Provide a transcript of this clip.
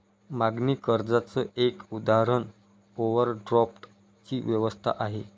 मागणी कर्जाच एक उदाहरण ओव्हरड्राफ्ट ची व्यवस्था आहे